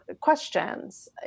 questions